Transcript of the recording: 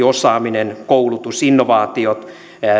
osaaminen koulutus innovaatiot